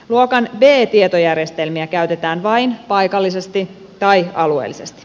luokan b tietojärjestelmiä käytetään vain paikallisesti tai alueellisesti